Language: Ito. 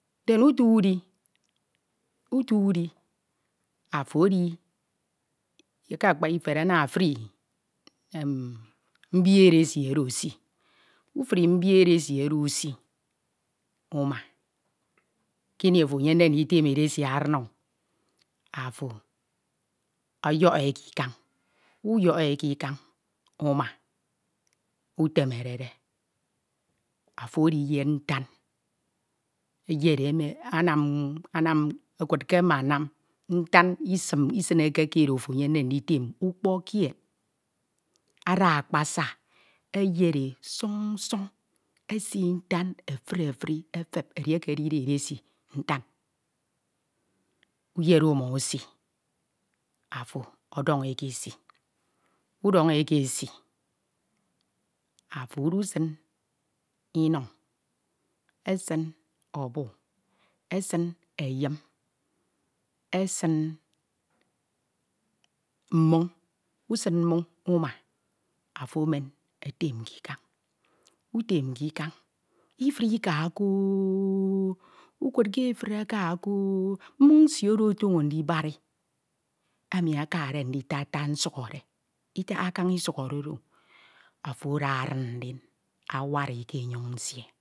. dem utu udi, utio udi afo edi ke akpa ifed ana efuri n mbii edesi oro esi, ufuri mbii edesi oro usi uma kini afo efemde nditem edesi aran o, afo ọyọke ke ikañ nyoke ke ikan uma utemerede afo ediyed nam eyed e anam, anam ekud ke amanam ntan isineke ke oro afo eyemde nditem ukpọk kied ada akpasa eyed e susuñ, esi ntan efuri efuri efep, edieke edide edesi ntan. Uyed e uma usi, afo ọdọñ e ke esi, udọñ e ke esi, ofo udusin inuñ, esin obu, esin eyim esin mmoñ, usin mmoñ uma, afo emen etem k'ikan, utem kikañ, ifud ika koo, ukud ke efud aka kooo, mmoñ nsie oro otoño ndibori emi akadi nditata sukhore, itaha kaña isukhore, afo ada aran ndin awari ke enyoñ nsie,